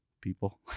people